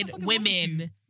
women